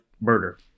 murder